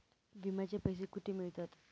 विम्याचे पैसे कुठे मिळतात?